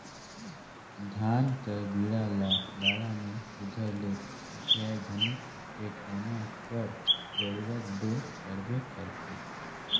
धान कर बीड़ा ल गाड़ा मे सुग्घर ले सथियाए घनी टेकोना कर जरूरत दो परबे करथे